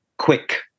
quick